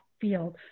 field